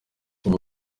kuva